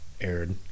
aired